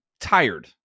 tired